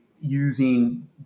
using